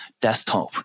desktop